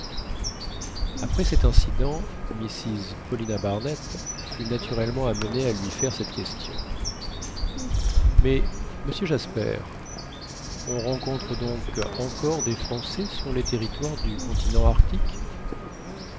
après cet incident mrs paulina barnett fut naturellement amenée à lui faire cette question mais monsieur jasper on rencontre donc encore des français sur les territoires du continent arctique